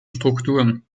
strukturen